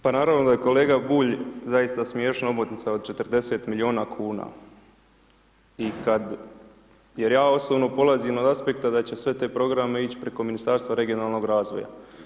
Pa naravno da je, kolega Bulj zaista smiješna omotnica od 40 milijuna kuna i kad, jer ja osobno polazim od aspekta da će sve te programe ići preko Ministarstva regionalnog razvoja.